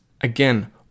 Again